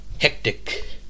hectic